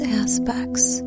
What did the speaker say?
aspects